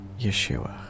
Yeshua